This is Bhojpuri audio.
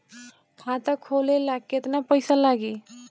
खाता खोले ला केतना पइसा लागी?